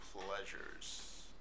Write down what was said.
pleasures